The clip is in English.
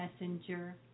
messenger